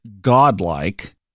godlike